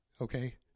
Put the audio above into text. okay